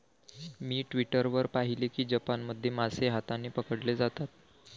मी Twitter वर पाहिले की जपानमध्ये मासे हाताने पकडले जातात